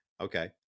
okay